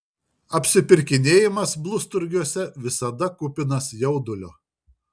apsipirkinėjimas blusturgiuose visada kupinas jaudulio